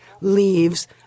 leaves